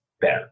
better